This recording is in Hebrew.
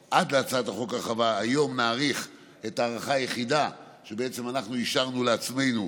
היום נאריך את ההארכה היחידה שאנחנו אישרנו לעצמנו,